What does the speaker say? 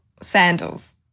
sandals